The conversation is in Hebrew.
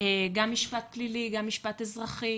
גם משפט פלילי, גם משפט אזרחי.